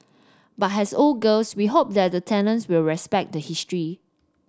but has old girls we hope that the tenants will respect the history